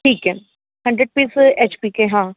ठीक है hundred piece H P के हाँ